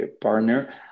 partner